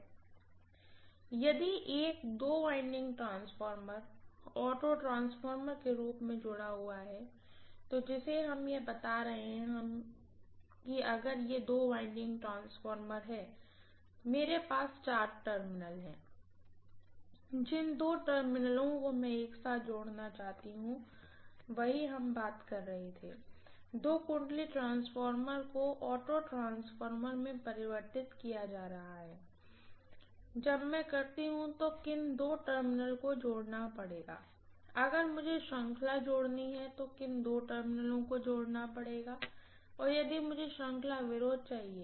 professor देखिये यदि एक दो वाइंडिंग ट्रांसफार्मर ऑटो ट्रांसफार्मर के रूप में जुड़ा हुआ है तो जिसे हम यह बता रहे हैं हम ये बता रहे हैं कि अगर ये दो वाइंडिंग ट्रांसफार्मर है मेरे पास चार टर्मिनल हैं जिन दो टर्मिनलों को मैं एक साथ जोड़ना चाहती हूँ वही हम बात कर रहे थे दो वाइंडिंग ट्रांसफार्मर को ऑटो ट्रांसफार्मर में परिवर्तित किया जा रहा है जब मैं करती हूँ तो किन दो टर्मिनल को जोड़ना पड़ेगा अगर मुझे श्रृंखला जोड़नी है तो किन दो टर्मिनल को जोड़ना पड़ेगा यदि मुझे श्रृंखला विरोध चाहिए